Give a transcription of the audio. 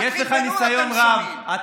מתחיל בנו"ן,